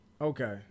Okay